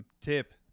tip